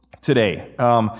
today